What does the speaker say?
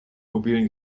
mobilen